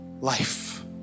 life